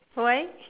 why